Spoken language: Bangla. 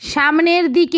সামনের দিকে